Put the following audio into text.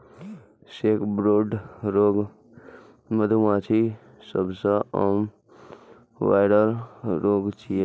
sacbrood रोग मधुमाछीक सबसं आम वायरल रोग छियै